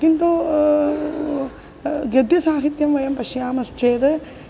किन्तु गद्यसाहित्यं वयं पश्यामश्चेद्